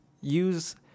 use